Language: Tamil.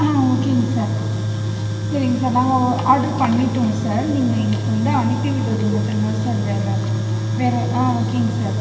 ஆ ஓகேங்க சார் சரிங்க சார் நாங்கள் ஆட்ரு பண்ணிட்டோம் சார் நீங்கள் எங்களுக்கு வந்து அனுப்பிவிடுறது மட்டும் தான் சார் வேலை வேற ஆ ஓகேங்க சார்